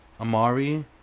Amari